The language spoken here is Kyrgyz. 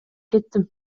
кеттим